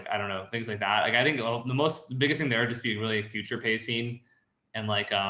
i don't know, things like that. like i think the most biggest thing they are just being really future pacing and like,